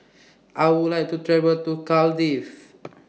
I Would like to travel to Cardiff